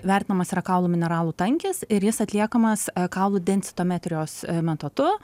vertinamas yra kaulų mineralų tankis ir jis atliekamas kaulų densitometrijos metodu